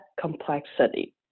complexity